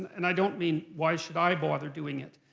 and i don't mean why should i bother doing it.